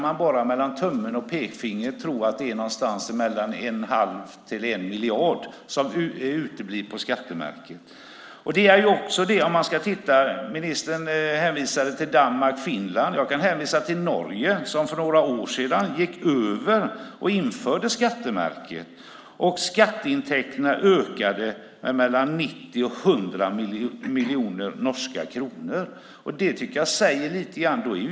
Mellan tummen och pekfingret kan man tro att det ligger mellan 1⁄2 och 1 miljard i uteblivna skattepengar. Ministern hänvisade till Danmark och Finland. Jag kan hänvisa till Norge som för några år sedan införde ett skattemärke. Skatteintäkterna ökade med mellan 90 och 100 miljoner norska kronor. Jag tycker att det säger lite grann.